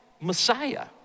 Messiah